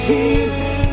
Jesus